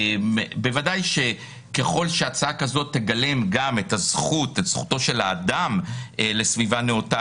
בוודאי שככל שהצעה כזאת תגלם גם את זכותו של האדם לסביבה נאותה,